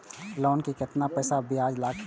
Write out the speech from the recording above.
Loan के केतना पैसा ब्याज लागते?